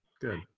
Good